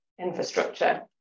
Infrastructure